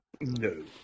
No